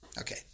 Okay